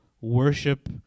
worship